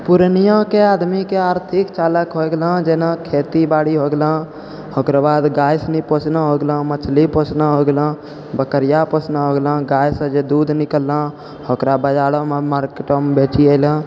पूर्णियाके आदमीके आर्थिक चालक हो गेलऽहँ जेना खेती बारी हो गेलऽहँ ओकर बाद गाय सनी पोसना हो गेलऽहँ मछली पोसना हो गेलऽहँ बकरिआ पोसना हो गेलऽहँ गाइसँ जे दूध निकलऽहँ ओकरा बजारोमे मार्केटऽमे बेचि अएलऽहँ